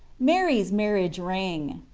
mary s marriage ring.